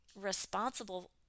responsible